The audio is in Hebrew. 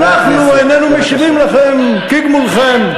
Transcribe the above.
בבקשה, ואנחנו איננו משיבים לכם כגמולכם.